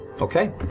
Okay